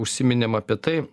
užsiminėm apie tai